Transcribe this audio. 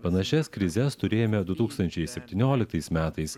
panašias krizes turėjome du tūkstančiai septynioliktais metais